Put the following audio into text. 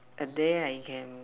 and then I can